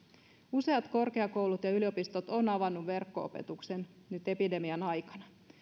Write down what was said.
useat korkeakoulut ja yliopistot ovat avanneet verkko opetuksen nyt epidemian aikana